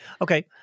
okay